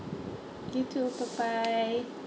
you too bye bye